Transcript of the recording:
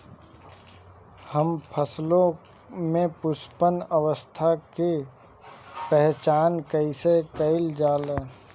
हम फसलों में पुष्पन अवस्था की पहचान कईसे कईल जाला?